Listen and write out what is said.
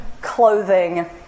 clothing